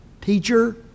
teacher